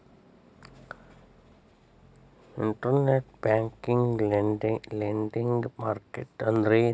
Internet bank lending market ಅಂದ್ರೇನು?